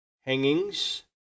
hangings